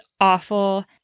awful